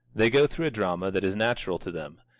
they go through a drama that is natural to them.